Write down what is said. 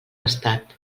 estat